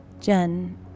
Jen